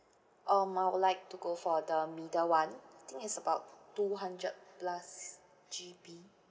um I would like to go for the middle one I think it's about two hundred plus G_B